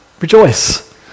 Rejoice